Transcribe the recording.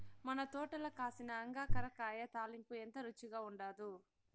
మన తోటల కాసిన అంగాకర కాయ తాలింపు ఎంత రుచిగా ఉండాదో